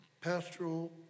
pastoral